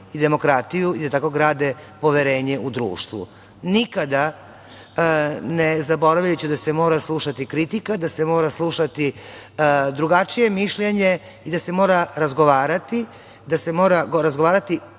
i demokratiju i da tako grade poverenje u društvu nikada ne zaboravljajući da se mora slušati kritika, da se mora slušati drugačije mišljenje i da se mora razgovarati, da se mora razgovarati